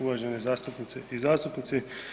Uvažene zastupnice i zastupnici.